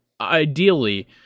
ideally